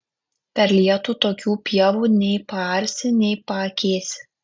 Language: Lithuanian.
per lietų tokių pievų nei paarsi nei paakėsi